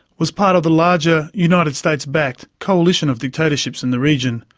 was part of the larger united states-backed coalition of dictatorships in the region,